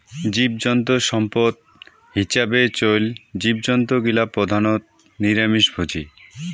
জীবজন্তু সম্পদ হিছাবে চইল জীবজন্তু গিলা প্রধানত নিরামিষভোজী